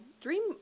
Dream